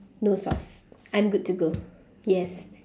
no sauce I'm good to go yes